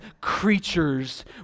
creatures